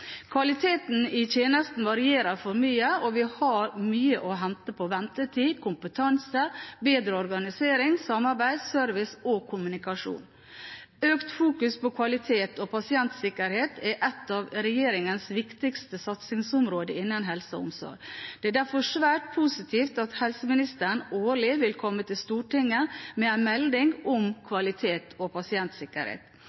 Kvaliteten i tjenestene varierer for mye, og vi har mye å hente på ventetid, kompetanse, bedre organisering, samarbeid, service og kommunikasjon. Økt fokus på kvalitet og pasientsikkerhet er et av regjeringens viktigste satsingsområder innen helse og omsorg. Det er derfor svært positivt at helseministeren årlig vil komme til Stortinget med en melding om kvalitet og pasientsikkerhet.